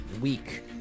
week